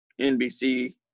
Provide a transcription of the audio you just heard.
NBC